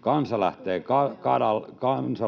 Kansa